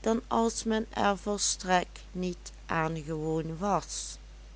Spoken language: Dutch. dan als men er volstrekt niet aan gewoon was